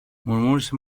μουρμούρισε